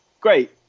great